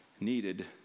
needed